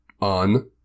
on